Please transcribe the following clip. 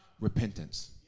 repentance